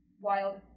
Wild